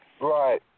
Right